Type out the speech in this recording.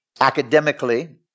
academically